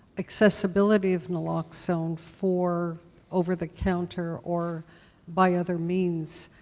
accessibility of naloxone for over-the-counter or by other means.